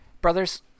Brothers